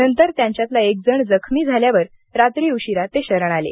नंतर त्यांच्यातला एकजण जखमी झाल्यावर रात्री उशीरा ते शरण आले